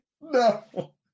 No